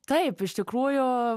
taip iš tikrųjų